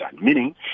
meaning